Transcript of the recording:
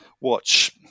watch